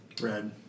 Red